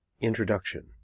INTRODUCTION